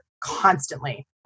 constantly